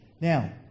Now